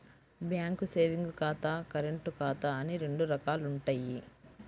bank savings ఖాతా, current ఖాతా అని రెండు రకాలుంటయ్యి